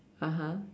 (uh huh)